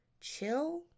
chill